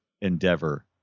endeavor